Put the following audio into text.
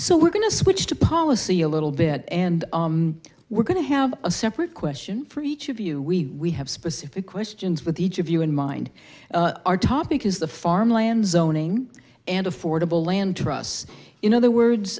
so we're going to switch to policy a little bit and we're going to have a separate question for each of you we have specific questions with each of you in mind our topic is the farm land zoning and affordable land trusts in other words